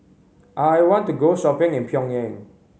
I want to go shopping in Pyongyang